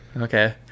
okay